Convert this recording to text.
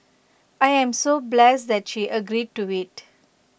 I'm so blessed that she agreed to IT